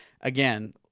again